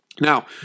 Now